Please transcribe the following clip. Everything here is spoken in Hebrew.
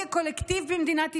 כקולקטיב במדינת ישראל,